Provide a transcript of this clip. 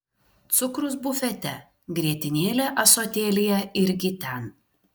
cukrus bufete grietinėlė ąsotėlyje irgi ten